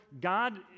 God